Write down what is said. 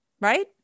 Right